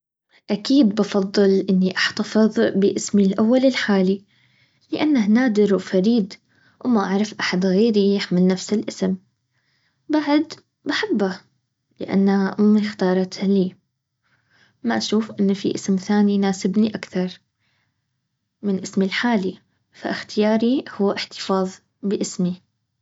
اكيد بفضل اني احتفظ باسمي الاول الحالي لانه نادر وفريد وما اعرف احد غير يحمل من نفس الإسم بعد بحبه لأن امي اختارتها لي. ما اشوف انه في اسم ثاني يناسبني اكثر من اسمي لحالي فاختياري هو الأحتفاظ باسمي